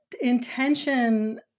intention